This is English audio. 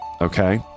Okay